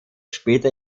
später